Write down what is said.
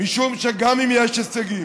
משום שגם אם יש הישגים,